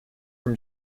from